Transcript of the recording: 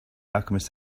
alchemist